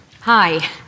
Hi